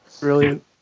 brilliant